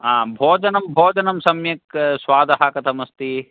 आम् भोजनं भोजनं सम्यक् स्वादः कथम् अस्ति